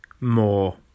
more